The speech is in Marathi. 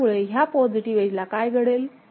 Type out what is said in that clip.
त्यामुळे ह्या पॉझिटिव्ह एजला काय घडेल